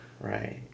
Right